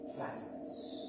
presence